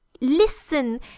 listen